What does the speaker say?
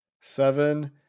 Seven